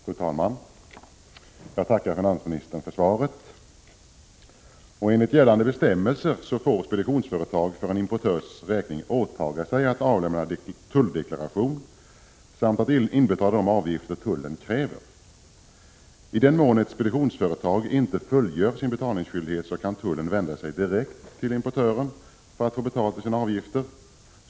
Fru talman! Jag tackar finansministern för svaret. Enligt gällande bestämmelser får speditionsföretag för en importörs räkning åtaga sig att avlämna tulldeklaration samt att inbetala de avgifter tullen kräver. I den mån ett speditionsföretag inte fullgör sin betalningsskyldighet kan tullen vända sig direkt till importören för att få betalt för sina avgifter.